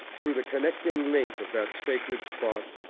through the connecting link of that sacred spot,